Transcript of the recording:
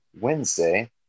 wednesday